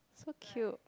so cute